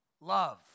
love